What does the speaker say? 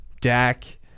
Dak